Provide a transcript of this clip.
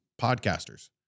podcasters